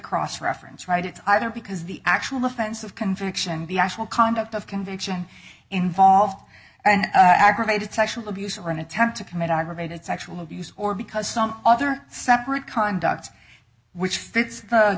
cross reference right it either because the actual offense of conviction the actual conduct of conviction involved and aggravated sexual abuse or an attempt to commit aggravated sexual abuse or because some other separate conduct which fits the